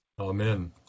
Amen